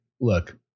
look